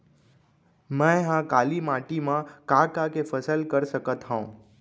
मै ह काली माटी मा का का के फसल कर सकत हव?